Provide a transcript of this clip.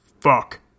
Fuck